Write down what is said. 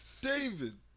David